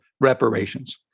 reparations